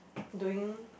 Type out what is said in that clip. doing